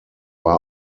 war